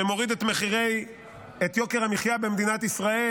שמוריד את יוקר המחיה במדינת ישראל.